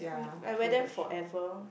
I wear them forever